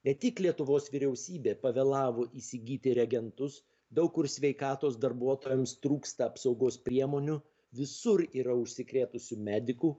ne tik lietuvos vyriausybė pavėlavo įsigyti reagentus daug kur sveikatos darbuotojams trūksta apsaugos priemonių visur yra užsikrėtusių medikų